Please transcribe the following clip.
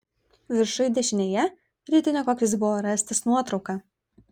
viršuj dešinėje ritinio koks jis buvo rastas nuotrauka